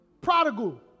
prodigal